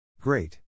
Great